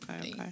okay